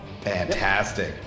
Fantastic